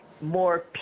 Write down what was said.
more